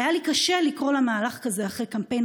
היה לי קשה לקרוא למהלך כזה אחרי קמפיין